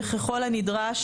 וככל הנדרש,